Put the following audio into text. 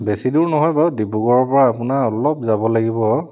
বেছি দূৰ নহয় বাৰু ডিব্ৰুগড়ৰ পৰা আপোনাৰ অলপ যাব লাগিব